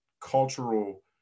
cultural